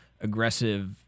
aggressive